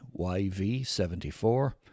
YV74